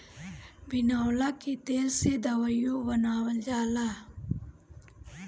बिनौला के तेल से दवाईओ बनावल जाला